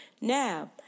Now